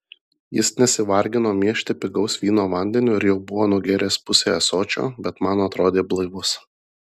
jis nesivargino miešti pigaus vyno vandeniu ir jau buvo nugėręs pusę ąsočio bet man atrodė blaivus